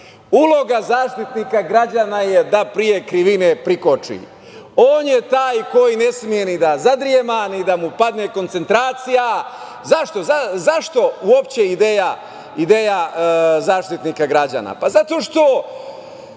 Zaštitnika građana je da pre krivine prikoči. On je taj koji ne sme ni da zadrema, ni da mu padne koncentracija. Zašto uopšte ideja Zaštitnika građana? Zato što